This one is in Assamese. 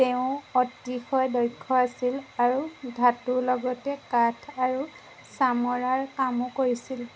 তেওঁ অতিশয় দক্ষ আছিল আৰু ধাতুৰ লগতে কাঠ আৰু চামৰাৰ কামো কৰিছিল